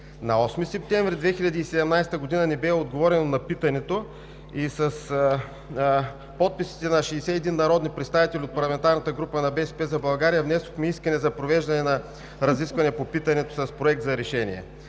На 8 септември 2017 г. ни бе отговорено на питането и с подписите на 61 народни представители от парламентарната група на „БСП за България“ внесохме искане за провеждане на разискване по питането с Проект за решение.